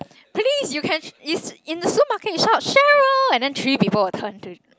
please you can sh~ you in the supermarket you shout a Cheryl and then three people will turn to you